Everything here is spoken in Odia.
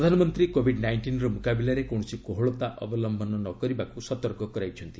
ପ୍ରଧାନମନ୍ତ୍ରୀ କୋବିଡ୍ ନାଇଷ୍ଟିନ୍ର ମୁକାବିଲାରେ କୌଣସି କୋହଳତା ଅବଲମ୍ଭନ ନ କରିବାକୁ ସତର୍କ କରାଇଛନ୍ତି